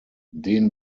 den